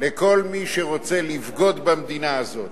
לכל מי שרוצה לבגוד במדינה הזאת,